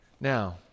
Now